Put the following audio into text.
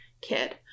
kid